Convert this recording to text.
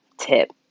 tip